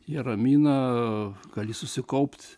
jie ramina gali susikaupt